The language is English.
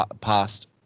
past